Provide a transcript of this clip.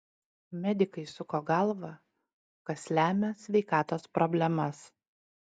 medikai suko galvą kas lemia sveikatos problemas